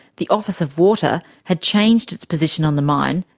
the office of water had changed its position on the mine,